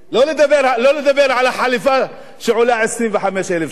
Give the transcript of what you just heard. לא לדבר על החליפה שעולה 25,000 שקל.